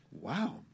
Wow